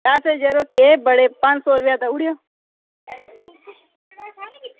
पैसे यरो केह् पंज सौ रपेआ देई ओड़ेओ